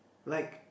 like